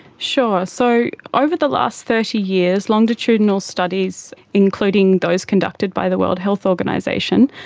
sure. so over the last thirty years, longitudinal studies, including those conducted by the world health organisation,